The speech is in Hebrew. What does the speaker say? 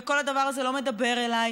וכל הדבר הזה לא מדבר אליי.